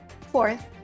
Fourth